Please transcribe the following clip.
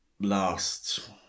Last